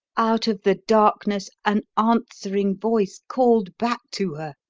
out of the darkness an answering voice called back to her,